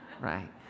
right